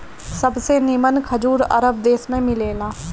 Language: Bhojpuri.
सबसे निमन खजूर अरब देश में मिलेला